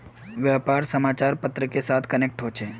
व्यापार समाचार पत्र के साथ कनेक्ट होचे?